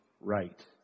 right